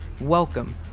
Welcome